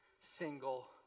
single